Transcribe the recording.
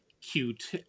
cute